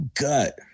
gut